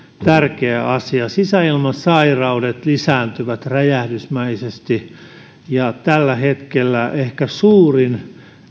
tärkeä asia sisäilmasairaudet lisääntyvät räjähdysmäisesti tällä hetkellä ehkä suurin